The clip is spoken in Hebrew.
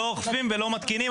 לא אוכפים ולא מתקינים,